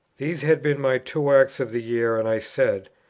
these had been my two acts of the year, and i said,